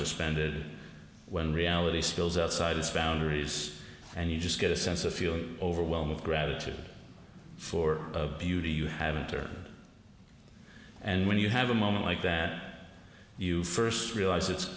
suspended when reality spills outside its boundaries and you just get a sense of feeling overwhelmed with gratitude for a beauty you haven't or and when you have a moment like that you first realize it's